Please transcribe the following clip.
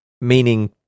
Meaning